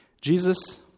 Jesus